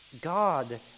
God